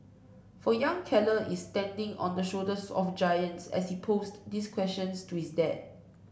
for young Keller is standing on the shoulders of giants as he posed these questions to his dad